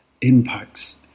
impacts